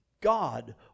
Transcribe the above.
God